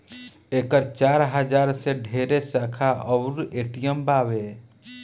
एकर चार हजार से ढेरे शाखा अउर ए.टी.एम बावे